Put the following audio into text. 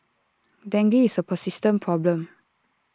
dengue is A persistent problem